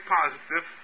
positive